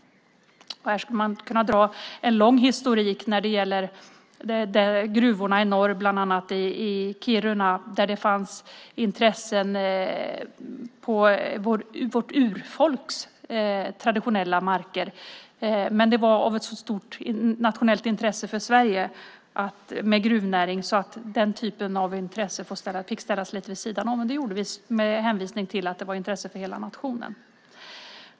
Man skulle kunna dra en lång historik över gruvorna i norr, bland annat i Kiruna, där det fanns intressen på vårt urfolks traditionella marker. Men gruvnäringen var av så stort nationellt intresse för Sverige att den typen av intressen fick sättas lite vid sidan av - just med hänvisning till att det var av intresse för hela nationen.